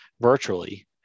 virtually